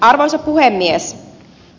arvoisa puhemies